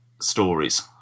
stories